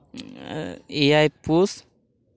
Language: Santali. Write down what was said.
ᱮᱭᱟᱭ ᱯᱩᱥ